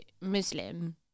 muslim